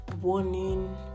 warning